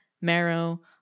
marrow